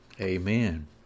Amen